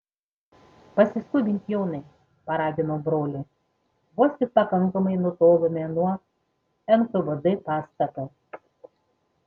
pasiskubink jonai paraginau brolį vos tik pakankamai nutolome nuo nkvd pastato